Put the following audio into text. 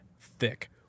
Thick